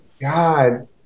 God